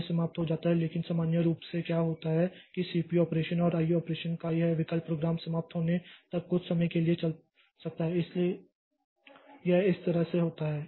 तो यह समाप्त हो जाता है लेकिन सामान्य रूप से क्या हो सकता है कि सीपीयू ऑपरेशन और आईओ ऑपरेशन का यह विकल्प प्रोग्राम समाप्त होने तक कुछ समय के लिए चल सकता है इसलिए यह इस तरह से होता है